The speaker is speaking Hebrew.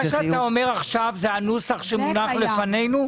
מה שאתה אומר עכשיו, זה הנוסח שמונח לפנינו?